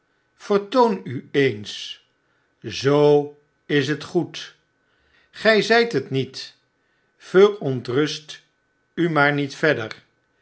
vertoon u eens zoo is het goed gjj zijjt het met verontrust u maar niet verder